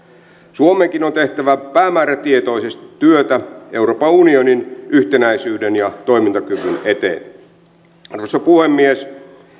suomenkin on tehtävä päämäärätietoisesti työtä euroopan unionin yhtenäisyyden ja toimintakyvyn eteen arvoisa puhemies